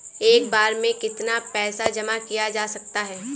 एक बार में कितना पैसा जमा किया जा सकता है?